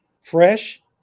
fresh